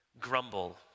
grumble